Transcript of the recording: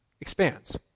expands